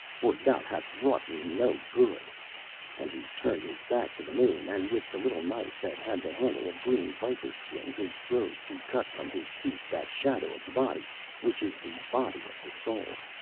for thou hast wrought me no good and he turned his back to the moon, and with the little knife that had the handle of green viper's skin he strove to cut from his feet that shadow of the body which is the body of the soul.